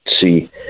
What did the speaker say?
see